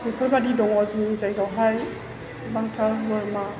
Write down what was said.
बिफोरबादि दङ जोंनि जायगायाव हाय गोबांथार बोरमा